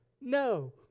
No